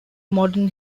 modern